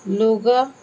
لوگا